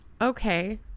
Okay